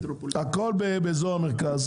הכול באזור המרכז.